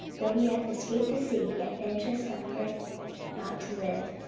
though he hath escaped the sea, yet vengeance suffereth not to live.